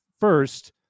first